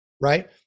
right